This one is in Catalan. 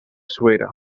suera